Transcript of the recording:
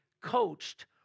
coached